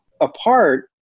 apart